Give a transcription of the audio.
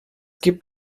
gibt